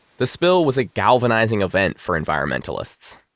the spill was a galvanizing event for environmentalists.